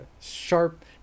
sharp